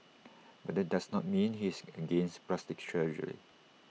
but that does not mean he's against plastic surgery